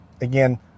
Again